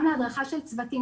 גם להדרכה של צוותים,